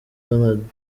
donald